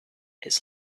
its